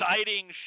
exciting